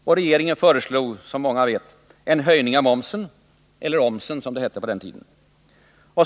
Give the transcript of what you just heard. Och regeringen föreslog, som många vet, en höjning av momsen — eller omsen som det hette på den tiden.